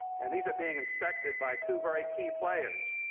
and these are being inspected by two very key players,